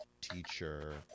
teacher